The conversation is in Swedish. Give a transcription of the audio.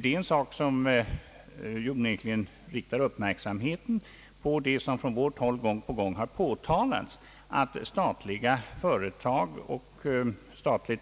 Detta riktar onekligen uppmärksamheten mot det som vi från vårt håll gång på gång påtalat, nämligen att statliga företag och statliga